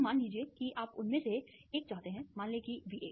तो मान लीजिए कि आप उनमें से एक चाहते हैं मान लें कि V1